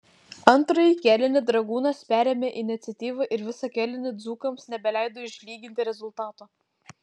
antrąjį kėlinį dragūnas perėmė iniciatyvą ir visą kėlinį dzūkams nebeleido išlyginti rezultato